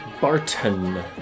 Barton